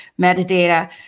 metadata